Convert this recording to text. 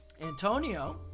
Antonio